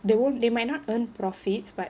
they won't they might not earn profits but